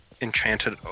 enchanted